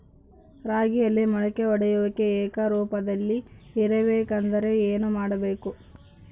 ರಾಗಿಯಲ್ಲಿ ಮೊಳಕೆ ಒಡೆಯುವಿಕೆ ಏಕರೂಪದಲ್ಲಿ ಇರಬೇಕೆಂದರೆ ಏನು ಮಾಡಬೇಕು?